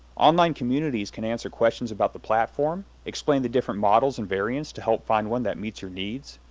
online communities can answer questions about the platform, explain the different models and variants to help find one that meets your needs,